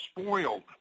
spoiled